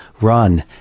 run